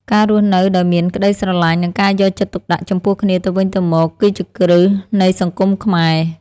ការរស់នៅដោយមានក្តីស្រឡាញ់ និងការយកចិត្តទុកដាក់ចំពោះគ្នាទៅវិញទៅមកគឺជាគ្រឹះនៃសង្គមខ្មែរ។